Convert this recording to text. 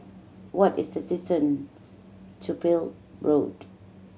what is the distance to Peel Road